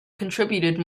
contributed